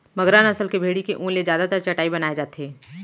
मगरा नसल के भेड़ी के ऊन ले जादातर चटाई बनाए जाथे